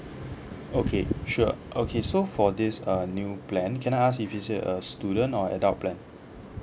okay sure okay so for this uh new plan can I ask if it's a uh student or adult plan